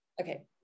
Okay